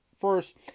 first